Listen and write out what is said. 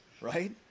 right